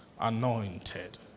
anointed